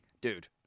dude